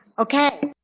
okay.